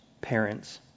parents